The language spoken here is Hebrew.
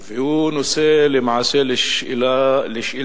והוא למעשה נושא